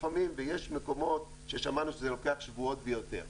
לפעמים ויש מקומות ששמענו שזה לוקח שבועות ויותר.